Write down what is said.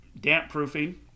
damp-proofing